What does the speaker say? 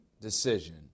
decision